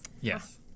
Yes